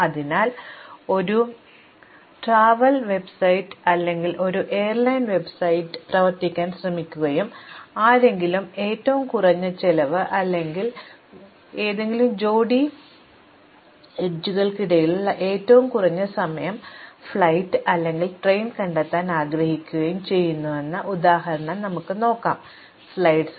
അതിനാൽ ഞങ്ങൾ ഒരു യാത്രാ വെബ്സൈറ്റ് അല്ലെങ്കിൽ ഒരു എയർലൈൻ വെബ്സൈറ്റ് പ്രവർത്തിപ്പിക്കാൻ ശ്രമിക്കുകയും ആരെങ്കിലും ഏറ്റവും കുറഞ്ഞ ചിലവ് അല്ലെങ്കിൽ ഏതെങ്കിലും ജോഡി വശങ്ങൾക്കിടയിൽ ഏറ്റവും കുറഞ്ഞ സമയ ഫ്ലൈറ്റ് അല്ലെങ്കിൽ ട്രെയിൻ കണ്ടെത്താൻ ആഗ്രഹിക്കുകയും ചെയ്യുന്നുവെങ്കിൽ തുടക്കം ഒരു ഉദാഹരണമാണെന്ന് ഞങ്ങൾ വിശദീകരിച്ചു